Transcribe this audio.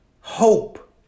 hope